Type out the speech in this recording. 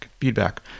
feedback